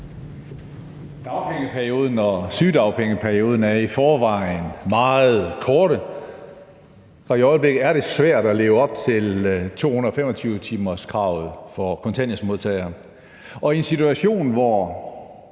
Dagpengeperioden og sygedagpengeperioden er i forvejen meget korte, og i øjeblikket er det svært at leve op til 225-timerskravet for kontanthjælpsmodtagere. Og i en situation, hvor